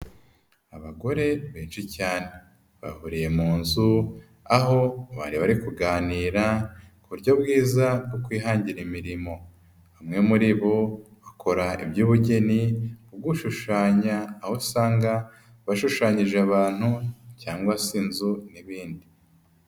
Abagore benshi cyane bahuriye mu nzu aho bari bari kuganira ku buryo bwiza bwo kwihangira imirimo, bamwe muri bo bakora iby'ubugeni nko gushushanya aho usanga bashushanyije abantu cyangwa se inzu n'ibindi.